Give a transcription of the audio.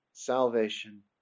salvation